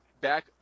back